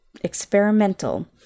experimental